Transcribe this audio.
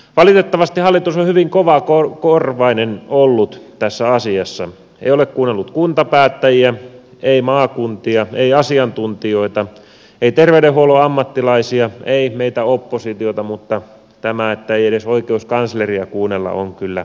valitettavasti hallitus on hyvin kovakorvainen ollut tässä asiassa ei ole kuunnellut kuntapäättäjiä ei maakuntia ei asiantuntijoita ei terveydenhuollon ammattilaisia ei meitä oppositiota mutta tämä että ei edes oikeuskansleria kuunnella on kyllä jotakin